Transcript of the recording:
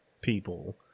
people